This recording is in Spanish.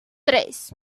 tres